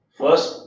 first